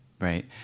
right